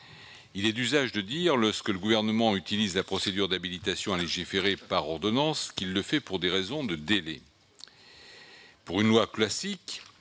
Il est d'usage de dire, lorsque le Gouvernement utilise la procédure d'habilitation à légiférer par ordonnance, qu'il le fait pour des raisons de délais. Pour une loi d'examen